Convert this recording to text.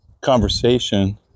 conversation